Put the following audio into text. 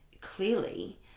clearly